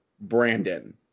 Brandon